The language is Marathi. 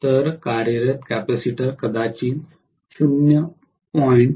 तर कार्यरत कॅपेसिटर कदाचित 0